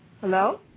Hello